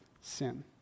sin